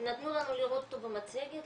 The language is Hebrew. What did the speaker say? נתנו לנו לראות אותו במצגת,